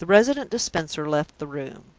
the resident dispenser left the room.